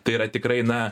tai yra tikrai na